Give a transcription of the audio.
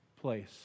place